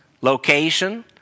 location